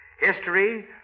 history